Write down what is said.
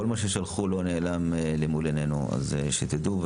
כל מה ששלחו לא נעלם למול עינינו, אז שתדעו.